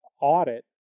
Audit